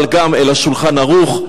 אבל גם אל ה"שולחן ערוך",